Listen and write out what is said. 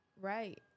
Right